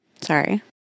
Sorry